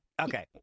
Okay